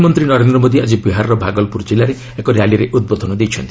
ପ୍ରଧାନମନ୍ତ୍ରୀ ନରେନ୍ଦ୍ର ମୋଦି ଆକି ବିହାରର ଭାଗଲପ୍ରର ଜିଲ୍ଲାରେ ଏକ ର୍ୟାଲିରେ ଉଦ୍ବୋଧନ ଦେଇଛନ୍ତି